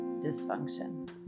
dysfunction